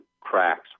cracks